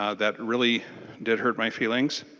ah that really did hurt my feelings.